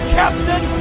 captain